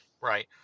right